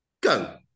go